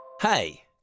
Hey